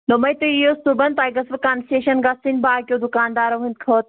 دوٚپمَے تُہۍ یِیِو صُبحن تۄہہِ گژھوٕ کَنسیشَن گژھٕنۍ باقٕیو دُکاندارو ہٕنٛدِ کھۄتہٕ